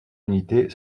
unités